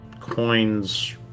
coins